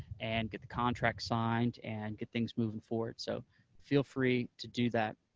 and get the contract signed, and get things moving forward. so feel free to do that.